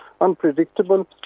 unpredictable